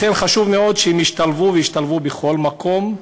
לכן חשוב שהם ישתלבו בכל מקום,